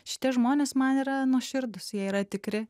šitie žmonės man yra nuoširdūs jie yra tikri